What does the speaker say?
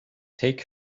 take